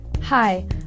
Hi